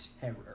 terror